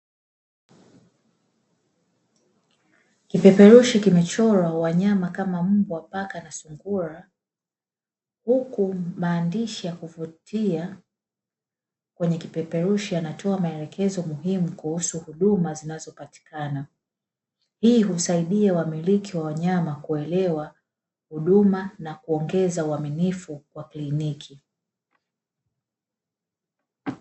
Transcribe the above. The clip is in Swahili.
Kipeperushi kimechorwa wanyama kama mbwa, paka na sungura huku maandishi ya kuvutia kwenye kipeperushi yanatoa maelekezo muhimu kuhusu huduma zinazopatika. Hii husaidia wamiliki wa wanyama kuelewa huduma na kuongeza uaminifu wa kliniki.